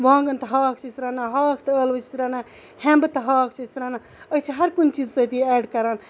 وانگن تہٕ ہاکھ چھِ أسۍ رَنان ہاکھ تہٕ ٲلوٕ چھِ أسۍ رَنان ہیمبہٕ تہٕ ہاکھ چھِ أسۍ رَنان چھِ ہر کُنہِ چیٖزَس سۭتۍ یہِ ایڈ کران